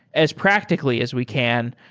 as practically as we can,